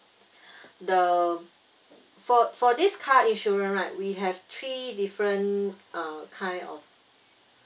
the for for this car insurance right we have three different uh kind of